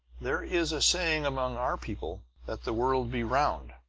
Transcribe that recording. there is a saying among our people that the world be round.